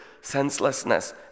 senselessness